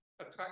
attack